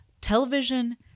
Television